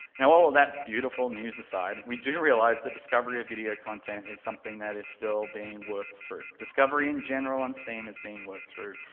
now all of that beautiful news aside, we do realize the discovery of video content is something that is still being worked through, discovery in general on steam is being worked through.